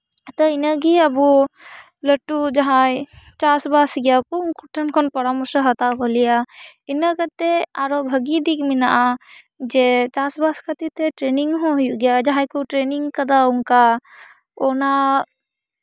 ᱛᱚ ᱤᱱᱟᱹᱜᱮ ᱟᱵᱚ ᱞᱟᱹᱴᱩ ᱡᱟᱦᱟᱸᱭ ᱪᱟᱥᱼᱵᱟᱥ ᱜᱮᱭᱟ ᱠᱩ ᱩᱱᱠᱩ ᱴᱷᱮᱱ ᱠᱷᱚᱱ ᱯᱚᱨᱟᱢᱚᱨᱥᱚ ᱦᱟᱛᱟᱣ ᱵᱷᱟᱹᱞᱤᱭᱟ ᱤᱱᱟᱹ ᱠᱟᱛᱮ ᱟᱨᱚ ᱵᱷᱟᱹᱜᱮ ᱫᱤᱠ ᱢᱮᱱᱟᱜᱼᱟ ᱡᱮ ᱪᱟᱥᱼᱵᱟᱥ ᱠᱷᱟᱹᱛᱤᱨ ᱛᱮ ᱴᱨᱮᱱᱤᱝ ᱦᱚᱸ ᱦᱩᱭᱩᱜ ᱜᱮᱭᱟ ᱡᱟᱦᱟᱸᱭ ᱠᱚ ᱴᱨᱮᱱᱤᱝ ᱠᱟᱫᱟ ᱚᱱᱠᱟ ᱚᱱᱟ